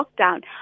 lockdown